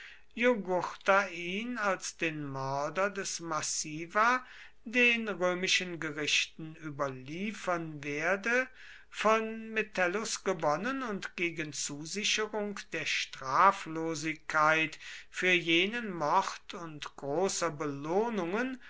als den mörder des massiva den römischen gerichten überliefern werde von metellus gewonnen und gegen zusicherung der straflosigkeit für jenen mord und großer belohnungen